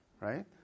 right